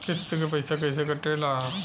किस्त के पैसा कैसे कटेला?